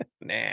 Nah